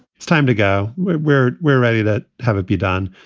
it's time to go. we're we're we're ready to have it be done.